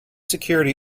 security